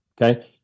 Okay